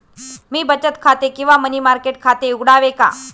मी बचत खाते किंवा मनी मार्केट खाते उघडावे का?